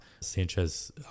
Sanchez